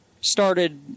started